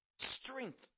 strength